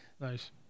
Nice